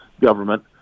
government